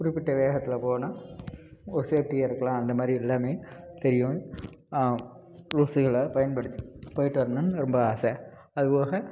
குறிப்பிட்ட வேகத்தில் போனால் ஒரு ஸேஃப்ட்டியாக இருக்கலாம் அந்தமாதிரி எல்லாமே தெரியும் ரூல்ஸுகளை பயன்படுத்தி போய்விட்டு வரணுன்னு ரொம்ப ஆசை அதுபோக